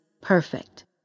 perfect